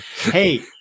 hey